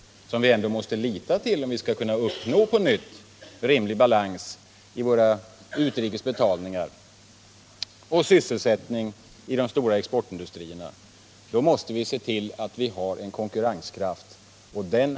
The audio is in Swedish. Och det är ändå de stora exportindustrierna vi måste lita till, om vi på nytt skall kunna uppnå rimlig balans i våra utrikes betalningar och skapa sysselsättning, och då måste vi se till att de har konkurrenskraft.